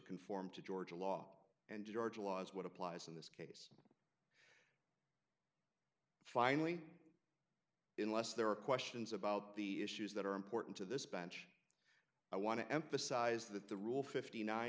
conform to georgia law and georgia laws what applies in this case finally in less there are questions about the issues that are important to this bench i want to emphasize that the rule fifty nine